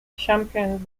championed